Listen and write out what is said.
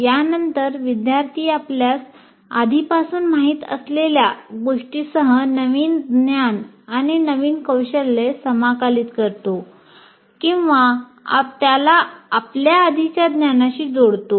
यानंतर विद्यार्थी आपल्यास आधीपासून माहित असलेल्या गोष्टीसह नवीन ज्ञान किंवा नवीन कौशल्य समाकलित करतो किंवा त्याला आपल्या आधीच्या ज्ञानाशी जोडतो